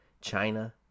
china